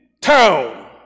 town